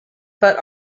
but